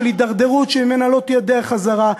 של הידרדרות שממנה לא תהיה דרך חזרה,